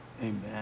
Amen